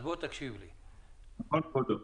אז בוא תקשיב לי --- כן, כבודו.